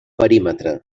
perímetre